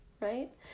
right